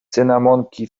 cynamonki